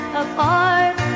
apart